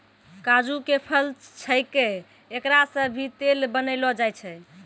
काजू के फल छैके एकरा सॅ भी तेल बनैलो जाय छै